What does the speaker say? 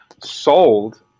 sold